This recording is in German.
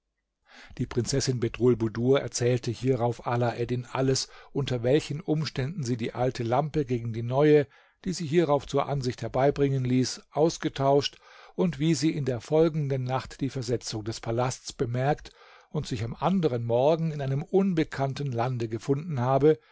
die prinzessin bedrulbudur erzählte hierauf alaeddin alles unter welchen umständen sie die alte lampe gegen die neue die sie hierauf zur ansicht herbeibringen ließ ausgetauscht und wie sie in der folgenden nacht die versetzung des palasts bemerkt und sich am anderen morgen in einem unbekannten lande gefunden habe